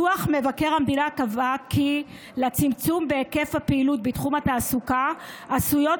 דוח מבקר המדינה קבע כי לצמצום בהיקף הפעילות בתחום התעסוקה עשויות